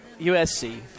USC